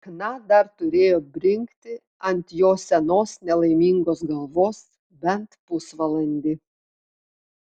chna dar turėjo brinkti ant jo senos nelaimingos galvos bent pusvalandį